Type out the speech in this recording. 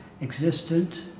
existence